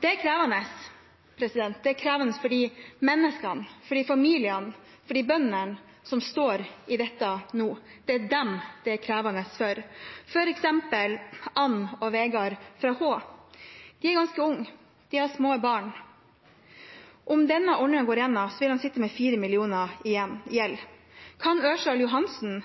Det er krevende – det er krevende for de menneskene, for de familiene, for de bøndene som står i dette nå. Det er dem det er krevende for, f.eks. Ann og Wegard fra Hå. De er ganske unge, de har små barn. Om denne ordningen går gjennom, vil de sitte med 4 mill. kr i gjeld. Kan Ørsal Johansen,